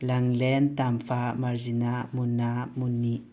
ꯂꯪꯂꯦꯟ ꯇꯥꯝꯐꯥ ꯃꯔꯖꯤꯅꯥ ꯃꯨꯟꯅꯥ ꯃꯨꯟꯅꯤ